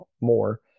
more